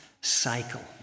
cycle